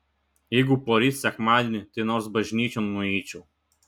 jeigu poryt sekmadienį tai nors bažnyčion nueičiau